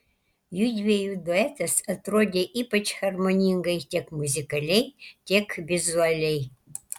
judviejų duetas atrodė ypač harmoningai tiek muzikaliai tiek vizualiai